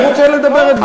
אני רוצה לומר את דברי.